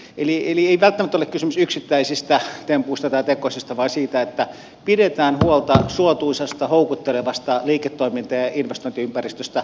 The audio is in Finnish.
eli ei välttämättä ole kysymys yksittäisistä tempuista tai tekosista vaan siitä että pidetään huolta suotuisasta houkuttelevasta liiketoiminta ja investointiympäristöstä